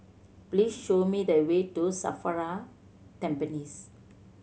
please show me the way to SAFRA Tampines